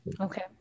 Okay